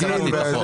קראתי את החוק.